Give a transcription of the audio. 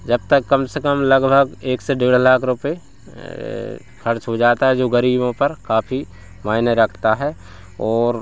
जब तक कम से कम लगभग एक से डेढ़ लाख रुपये खर्च हो जाता है जो गरीबों पर काफी मायने रखता है और